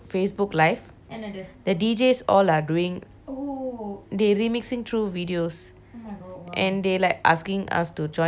the deejays all are doing they remixing through videos and they like asking us to join the live and all